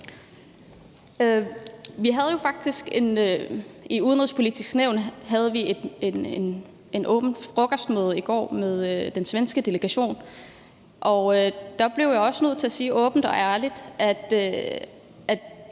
I Udenrigspolitisk Nævn havde vi et åbent frokostmøde i går med den svenske delegation, og der blev jeg også nødt til at sige åbent og ærligt, at